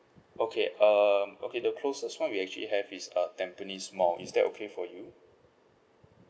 okay um okay the closest one we actually have is uh tampines mall is that okay for you